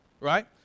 right